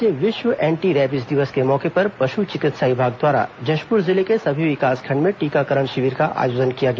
आज विश्व anti rabies दिवस के मौके पर पशु चिकित्सा विभाग द्वारा जशपुर जिले के समी विकासखण्ड में टीकाकरण शिविर का आयोजन किया गया